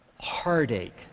heartache